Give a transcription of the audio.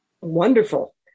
wonderful